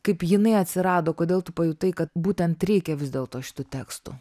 kaip jinai atsirado kodėl tu pajutai kad būtent reikia vis dėlto šitų tekstų